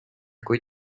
kui